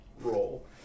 Roll